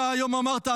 אתה היום אמרת,